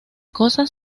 cosas